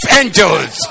angels